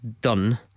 Done